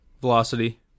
velocity